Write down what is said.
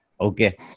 Okay